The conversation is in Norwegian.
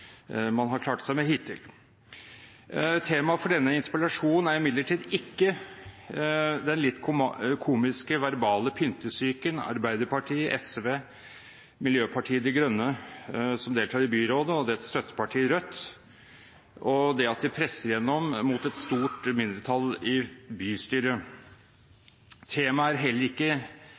man har klart seg med hittil. Temaet for denne interpellasjonen er imidlertid ikke den litt komiske verbale pyntesyken til Arbeiderpartiet, SV, Miljøpartiet De Grønne, som deltar i byrådet, og deres støtteparti Rødt, og det at de presser gjennom mot et stort mindretall i bystyret. Temaet er heller ikke